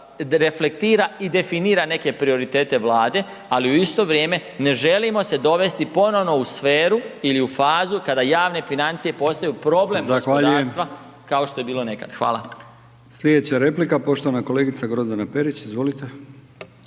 reflektira i definira neke prioritete Vlade, ali u isto vrijeme ne želimo se dovesti ponovno u sferu ili u fazu kada javne financije postaju problem gospodarstva kao što je bilo nekad. Hvala. **Brkić, Milijan (HDZ)** Zahvaljujem. Slijedeća replika poštovana kolegica Grozdana Perić. Izvolite.